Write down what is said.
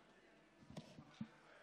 כן,